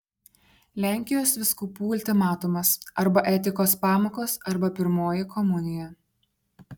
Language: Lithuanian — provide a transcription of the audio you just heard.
lenkijos vyskupų ultimatumas arba etikos pamokos arba pirmoji komunija